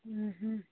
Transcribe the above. ହୁଁ ହୁଁ